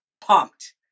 pumped